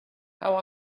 how